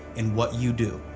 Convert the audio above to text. and what you do.